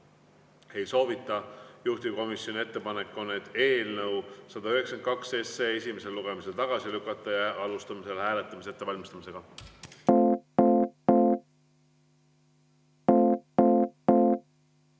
Ei soovi. Juhtivkomisjoni ettepanek on eelnõu 192 esimesel lugemisel tagasi lükata. Alustame selle hääletamise ettevalmistamist.